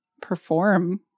perform